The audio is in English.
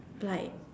like